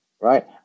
right